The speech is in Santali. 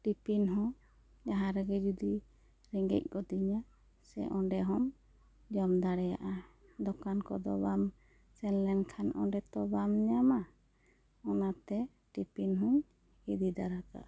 ᱴᱤᱯᱷᱤᱱ ᱦᱚᱸ ᱡᱟᱦᱟᱸ ᱨᱮᱜᱮ ᱡᱩᱫᱤ ᱨᱮᱸᱜᱮᱡ ᱜᱚᱫᱮᱧᱟᱹ ᱥᱮ ᱚᱸᱰᱮ ᱦᱚᱢ ᱡᱚᱢ ᱫᱟᱲᱮᱭᱟᱜᱼᱟ ᱫᱚᱠᱟᱱ ᱠᱚᱫᱚ ᱵᱟᱢ ᱥᱮᱱ ᱞᱮᱱ ᱠᱷᱟᱱ ᱚᱸᱰᱮ ᱛᱚ ᱵᱟᱢ ᱧᱟᱢᱟ ᱚᱱᱟ ᱛᱮ ᱴᱤᱯᱷᱤᱱ ᱦᱚᱧ ᱤᱫᱤ ᱛᱟᱨᱟ ᱠᱟᱜᱼᱟ